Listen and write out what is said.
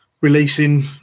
releasing